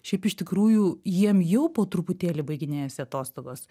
šiaip iš tikrųjų jiem jau po truputėlį baiginėjasi atostogos